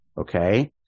okay